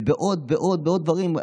ועוד ועוד ועוד דברים.